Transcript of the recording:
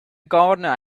gardener